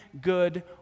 good